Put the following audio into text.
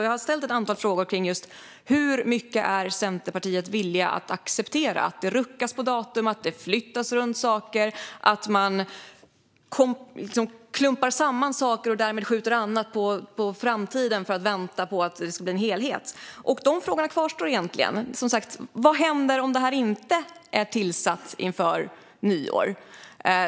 Jag ställde ett antal frågor om hur mycket Centerpartiet är villiga att acceptera att det ruckas på datum, att saker flyttas runt och att man klumpar samman saker och därmed skjuter annat på framtiden för att vänta på att det ska bli en helhet. Dessa frågor kvarstår. Vad händer om utredningen inte är tillsatt före nyår?